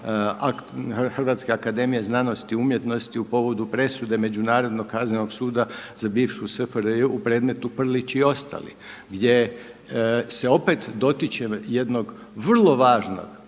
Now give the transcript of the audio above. Hrvatske akademije znanosti i umjetnosti u povodu presude Međunarodnog kaznenog suda za bivšu SFRJ u predmetu Prlić i ostali gdje se opet dotiče jednog vrlo važnog